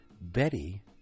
Betty